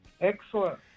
Excellent